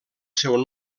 seu